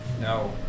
No